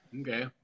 okay